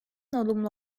olumlu